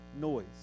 noise